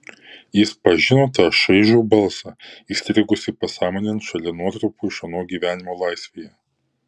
jis pažino tą šaižų balsą įstrigusį pasąmonėn šalia nuotrupų iš ano gyvenimo laisvėje